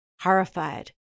horrified